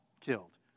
killed